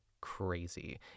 crazy